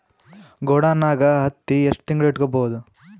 ಗೊಡಾನ ನಾಗ್ ಹತ್ತಿ ಎಷ್ಟು ತಿಂಗಳ ಇಟ್ಕೊ ಬಹುದು?